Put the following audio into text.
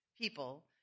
people